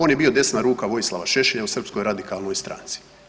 On je bio desna ruka Vojislava Šešelja u Srpskoj radikalnoj stranci.